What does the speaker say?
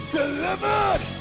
delivered